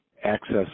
access